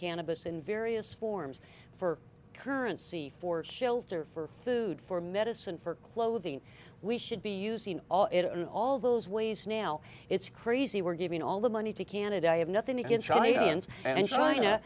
cannabis in various forms for currency for shelter for food for medicine for clothing we should be using all it and all those ways now it's crazy we're giving all the money to canada i have nothing to get china and china